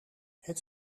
het